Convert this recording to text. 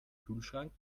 kühlschrank